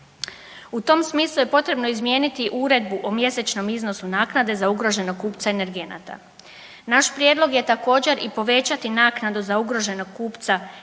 U tom smislu potrebno je izmijeniti uredbu o mjesečnom iznosu naknade za ugroženog kupca energenata. Naš prijedlog je također i povećati naknadu za ugroženog kupca energenata